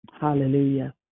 Hallelujah